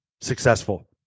successful